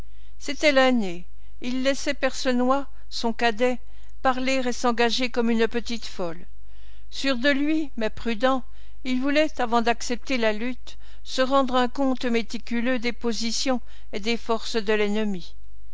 c'était l'aîné il laissait percenoix son cadet parler et s'engager comme une petite folle sûr de lui mais prudent il voulait avant d'accepter la lutte se rendre un compte méticuleux des positions et des forces de l'ennemi